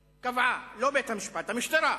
קבעה, לא בית-המשפט, המשטרה.